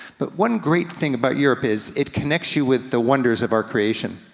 but one great thing about europe is, it connects you with the wonders of our creation.